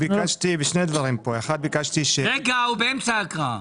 רגע, הוא באמצע הקראה.